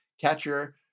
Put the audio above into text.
catcher